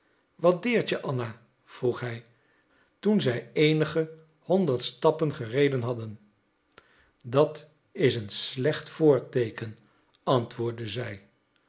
wat deert je anna vroeg hij toen zij eenige honderd stappen gereden hadden dat is een slecht voorteeken antwoordde zij